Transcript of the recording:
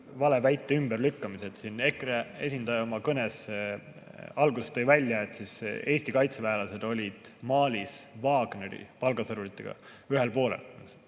valeväite ümberlükkamise. EKRE esindaja tõi oma kõne alguses välja, et Eesti kaitseväelased olid Malis Wagneri palgasõduritega ühel poolel.